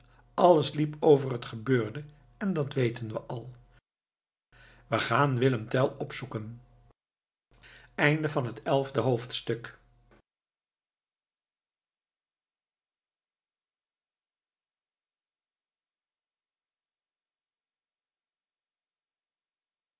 alles liep over het gebeurde en dat weten we al we gaan willem tell opzoeken twaalfde hoofdstuk